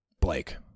Blake